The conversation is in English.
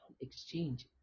exchange